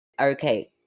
Okay